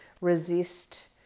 resist